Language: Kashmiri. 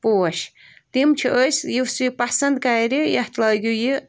پوش تِم چھِ أسۍ یُس یہِ پسند کَرِ یَتھ لٲگِو یہِ